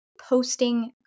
posting